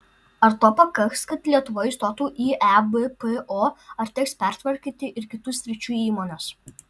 ar to pakaks kad lietuva įstotų į ebpo ar teks pertvarkyti ir kitų sričių įmones